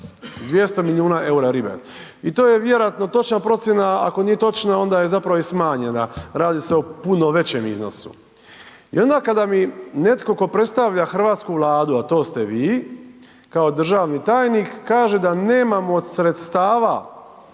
200 milijuna EUR-a ribe i to je vjerojatno točna procjena, a ako nije točna, onda je zapravo i smanjena, radi se o puno većem iznosu. I onda kada mi netko tko predstavlja hrvatsku Vladu, a to ste vi kao državni tajnik, kaže da nemamo od sredstava